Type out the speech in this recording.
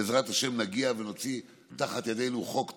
בעזרת השם נגיע ונוציא תחת ידינו חוק טוב,